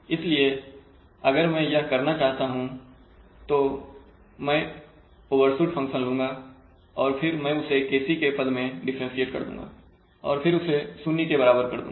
इसलिए अगर मैं यह करना चाहता हूं तो मैं ओवरशूट फंक्शन लूँगा और फिर मैं उसे Kc के पद में डिफरेंटशिएट कर दूँगा और फिर उसे 0 के बराबर कर दूँगा